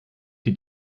die